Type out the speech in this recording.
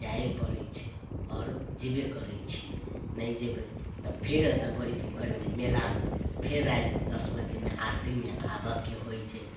जाइए पड़ै छै आओर जेबे करै छिए नहि जेबै तऽ फेर एतऽ बड़ी पोखरिमे मेलामे फेर रातिमे दस बजेमे आरतीमे आबऽके होइ छै